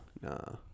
No